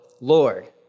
Lord